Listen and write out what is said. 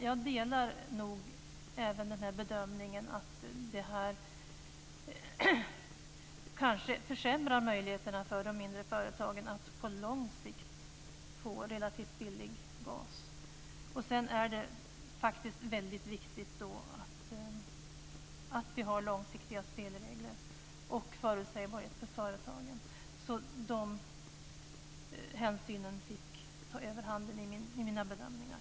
Jag delar även bedömningen att detta kanske försämrar möjligheterna för de mindre företagen att på lång sikt få relativt billig gas. Det är också väldigt viktigt att vi har långsiktiga spelregler och förutsägbarhet för företagen. De hänsynen fick ta överhand i mina bedömningar.